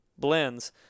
Blends